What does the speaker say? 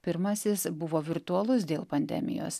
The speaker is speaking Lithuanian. pirmasis buvo virtualus dėl pandemijos